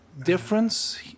difference